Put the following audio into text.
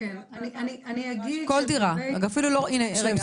כל דירה והנה תשמעי.